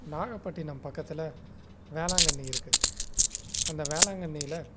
நாகப்பட்டினம் பக்கத்தில் வேளாங்கண்ணி இருக்கு அந்த வேளாங்கண்ணியில்